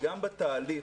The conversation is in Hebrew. גם בתהליך.